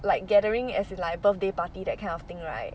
like gathering as in like birthday party that kind of thing right